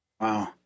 Wow